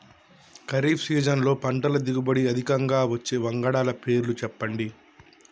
ఖరీఫ్ సీజన్లో పంటల దిగుబడి అధికంగా వచ్చే వంగడాల పేర్లు చెప్పండి?